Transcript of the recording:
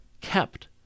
kept